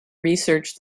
research